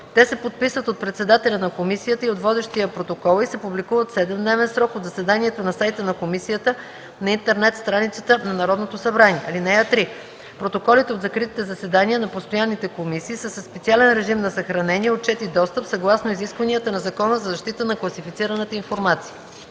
Те се подписват от председателя на комисията и от водещия протокола и се публикуват в 7-дневен срок от заседанието на сайта на комисията на интернет страницата на Народното събрание. (3) Протоколите от закритите заседания на постоянните комисии са със специален режим на съхранение, отчет и достъп съгласно изискванията на Закона за защита на класифицираната информация.”